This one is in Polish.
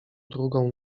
drugą